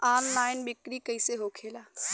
Online बिक्री कैसे होखेला?